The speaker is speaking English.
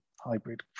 hybrid